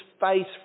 face